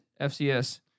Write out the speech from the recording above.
FCS